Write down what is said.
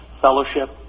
fellowship